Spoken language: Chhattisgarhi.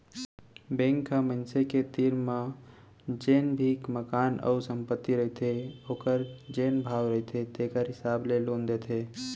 बेंक ह मनसे के तीर म जेन भी मकान अउ संपत्ति रहिथे ओखर जेन भाव रहिथे तेखर हिसाब ले लोन देथे